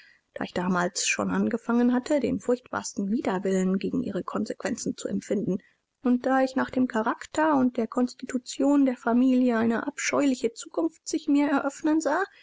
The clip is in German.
da ich damals schon angefangen hatte den furchtbarsten widerwillen gegen ihre konsequenzen zu empfinden und da ich nach dem charakter und der konstitution der familie eine abscheuliche zukunft sich mir eröffnen sah